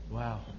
Wow